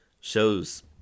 shows